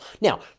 Now